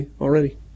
already